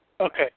Okay